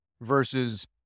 versus